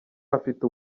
afite